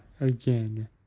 again